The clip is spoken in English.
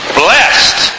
blessed